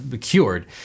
cured